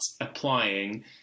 applying